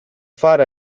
fare